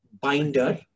binder